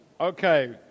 Okay